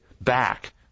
back